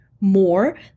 more